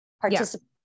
Participate